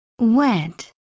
wet